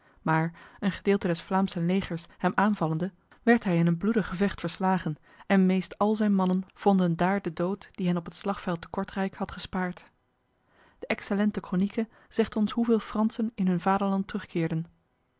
maar een gedeelte des vlaamsen legers hem aanvallende werd hij in een bloedig gevecht verslagen en meest al zijn mannen vonden daar de dood die hen op het slagveld te kortrijk had gespaard de excellente cronike zegt ons hoeveel fransen in hun vaderland terugkeerden